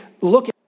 look